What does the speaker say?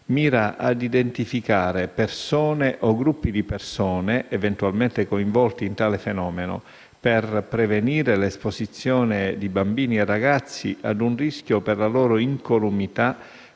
mira ad identificare persone o gruppi di persone eventualmente coinvolti in tale fenomeno, per prevenire l'esposizione di bambini e ragazzi ad un rischio per la loro incolumità